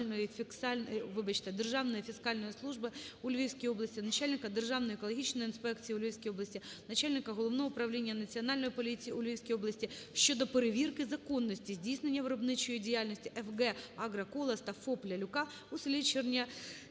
Державної фіскальної служби у Львівській області, начальника Державної екологічної інспекції у Львівській області, начальника Головного управління Національної поліції у Львівській області щодо перевірки законності здійснення виробничої діяльності ФГ "Агро-Колос" та ФОПЛялюка у селі Чернилява